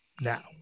Now